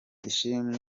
ishimwe